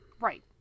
Right